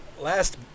last